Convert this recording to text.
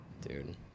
Dude